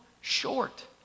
short